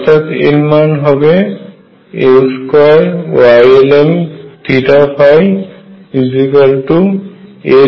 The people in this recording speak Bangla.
অর্থাৎ এর মান হবে L2Ylmll1 2 Ylm